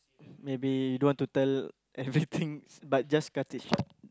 maybe you don't want to tell everythings but just cut it short